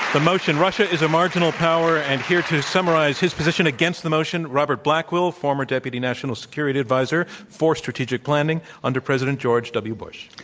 the motion, russia is a marginal power. and here to summarize his position against the motion, robert blackwill, former deputy national security adviser for strategic planning under president george w. bush.